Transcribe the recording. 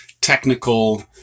technical